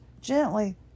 gently